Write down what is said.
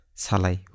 salai